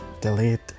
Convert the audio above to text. delete